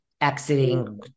exiting